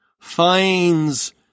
finds